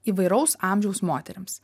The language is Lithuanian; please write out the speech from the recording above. įvairaus amžiaus moterims